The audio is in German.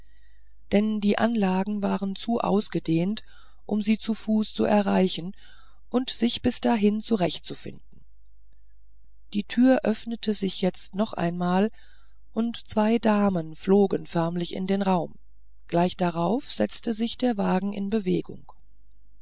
denn die anlagen waren zu ausgedehnt um sie zu fuß zu erreichen und sich bis dahin zurechtzufinden die tür öffnete sich jetzt noch einmal und zwei damen flogen förmlich in den raum gleich darauf setzte sich der wagen in bewegung